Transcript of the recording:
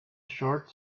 short